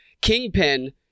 Kingpin